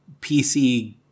PC